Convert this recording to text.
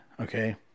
okay